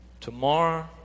Tomorrow